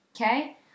Okay